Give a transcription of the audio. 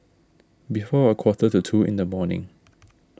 before a quarter to two in the morning